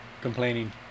Complaining